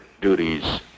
duties